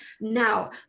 now